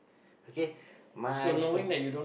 okay my soon